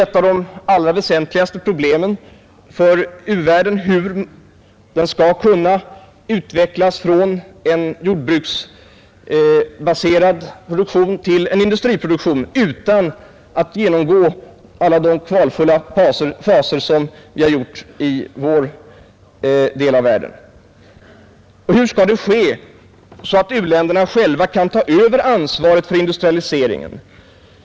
Ett av de allra väsentligaste problemen för u-världen är hur den skall kunna utvecklas från en jordbruksbaserad produktion till en industriproduktion utan att genomgå alla de kvalfulla faser som vi har genomgått i vår del av världen. Och hur detta skall kunna ske så, att u-länderna själva kan överta ansvaret för industrialiseringen?